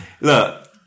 look